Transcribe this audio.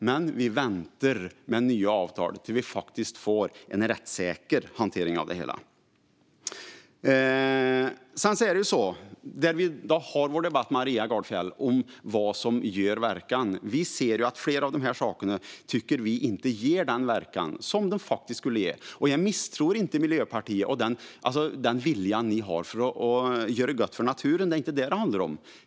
Men vi väntar med nya avtal tills vi får en rättssäker hantering av det hela. När det gäller vår debatt om vad som gör verkan, Maria Gardfjell, tycker vi att flera av de här sakerna inte ger den verkan som de faktiskt borde ge. Och jag misstror inte Miljöpartiets vilja att göra gott för naturen; det är inte det som det handlar om.